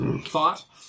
thought